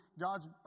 God's